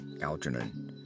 Algernon